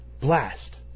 Blast